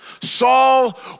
Saul